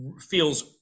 feels